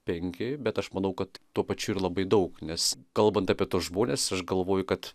penki bet aš manau kad tuo pačiu ir labai daug nes kalbant apie tuos žmones aš galvoju kad